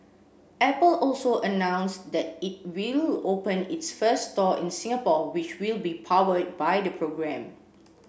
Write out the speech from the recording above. apple also announced that it will open its first store in Singapore which will be powered by the programme